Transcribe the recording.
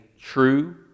true